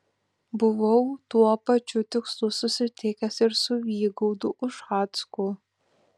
buvau tuo pačiu tikslu susitikęs ir su vygaudu ušacku